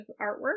artwork